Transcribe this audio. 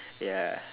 ya